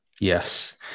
Yes